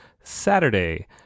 Saturday